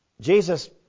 Jesus